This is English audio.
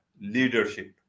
leadership